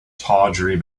tawdry